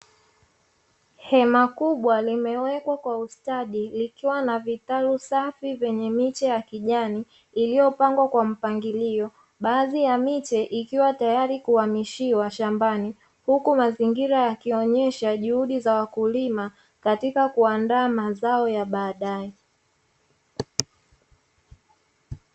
Hema kubwa limewekwa kwa ustadi likiwa na vitalu safi vyenye miche ya kijani, iliopangwa kwa mpangilio, baadhi ya miche ikiwa tayari kuhamishiwa shambani, huku mazingira yakionesha juhudi za wakulima katika kuandaa mazao ya baadae.